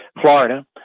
Florida